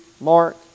Mark